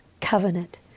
covenant